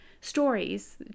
stories